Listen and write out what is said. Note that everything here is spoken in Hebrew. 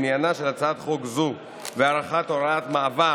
עניינה של הצעת חוק זו הארכת הוראת מעבר